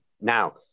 Now